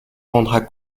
rendra